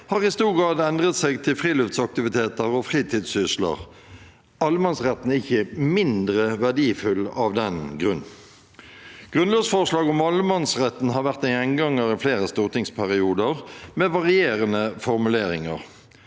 har i stor grad endret seg til friluftsaktiviteter og fritidssysler. Allemannsretten er ikke mindre verdifull av den grunn. Grunnlovsforslag om allemannsretten har vært en gjenganger i flere stortingsperioder med varierende formuleringer.